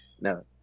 No